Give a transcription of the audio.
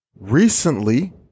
Recently